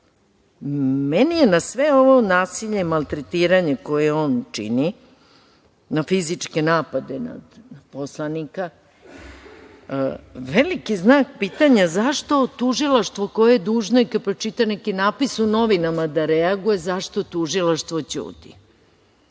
je sve ovo nasilje i maltretiranje, koje on čini, fizički napadi nad poslanike, veliki znak pitanja zašto tužilaštvo koje je dužno i kada pročita neki natpis u novinama da reaguje, zašto tužilaštvo ćuti?